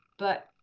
but